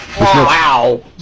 wow